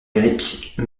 lyrique